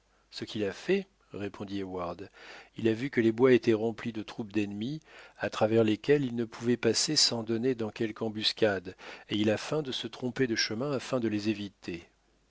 ce qu'il a fait répondit heyward il a vu que les bois étaient remplis de troupes d'ennemis à travers lesquels il ne pouvait passer sans donner dans quelque embuscade et il a feint de se tromper de chemin afin de les éviter